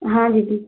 हाँ दीदी